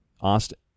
Austin